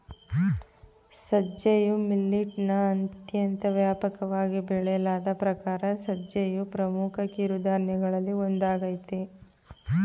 ಸಜ್ಜೆಯು ಮಿಲಿಟ್ನ ಅತ್ಯಂತ ವ್ಯಾಪಕವಾಗಿ ಬೆಳೆಯಲಾದ ಪ್ರಕಾರ ಸಜ್ಜೆಯು ಪ್ರಮುಖ ಕಿರುಧಾನ್ಯಗಳಲ್ಲಿ ಒಂದಾಗಯ್ತೆ